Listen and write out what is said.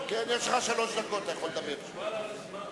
אני רוצה לדעת מי מטפל בתיק הזה.